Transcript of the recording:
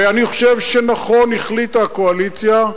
ואני חושב שנכון החליטה הקואליציה,